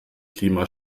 klima